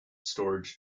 storage